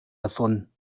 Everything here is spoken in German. davon